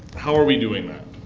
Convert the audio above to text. how are we doing that?